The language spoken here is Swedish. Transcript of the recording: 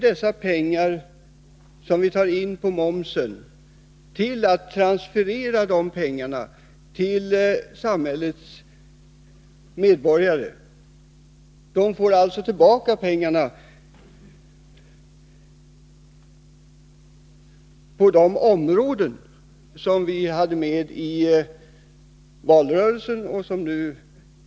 De pengar som vi tar in på momsen transfererar vi ju till samhällets medborgare. De får alltså tillbaka pengarna på det sätt som vi lovade i valrörelsen.